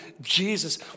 Jesus